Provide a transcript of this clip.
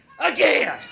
Again